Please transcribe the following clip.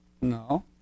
no